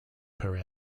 per